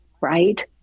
right